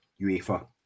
UEFA